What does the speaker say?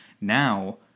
Now